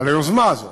על היוזמה הזאת.